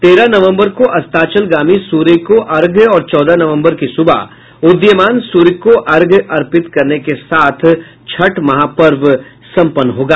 तेरह नवम्बर को अस्ताचलगामी सूर्य को अर्घ्य और चौदह नवम्बर की सुबह उदीयमान सूर्य को अर्घ्य अर्पित करने के साथ छठ महापर्व सम्पन्न होगा